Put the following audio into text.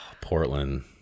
Portland